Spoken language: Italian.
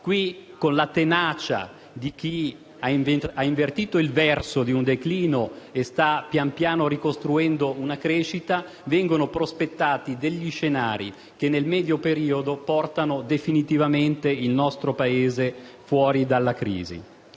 Qui, con la tenacia di chi ha invertito il verso di un declino e sta lentamente ricostruendo una crescita, vengono prospettati degli scenari che nel medio periodo porteranno definitivamente il nostro Paese fuori dalla crisi.